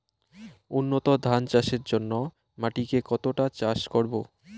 উন্নত ধান চাষের জন্য মাটিকে কতটা চাষ করব?